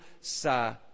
sa